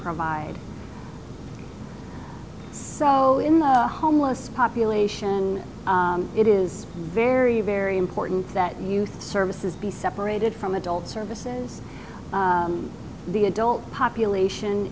provide so in the homeless population it is very very important that youth services be separated from adult services the adult population